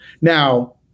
now